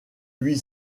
huit